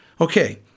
Okay